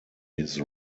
his